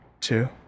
two